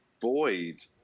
void